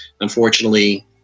unfortunately